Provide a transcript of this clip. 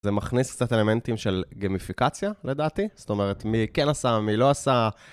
זה מכניס קצת אלמנטים של גמיפיקציה, לדעתי. זאת אומרת, מי כן עשה, מי לא עשה.